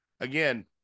again